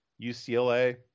UCLA-